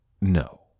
no